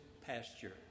pasture